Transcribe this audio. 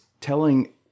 telling